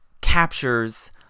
captures